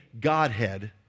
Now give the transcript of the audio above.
Godhead